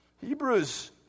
Hebrews